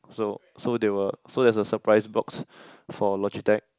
so so they will so there's a surprise box for Logitech